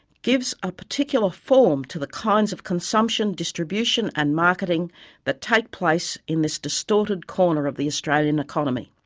gives a particular form to the kinds of consumption, distribution and marketing that take place in this distorted corner of the australian economy.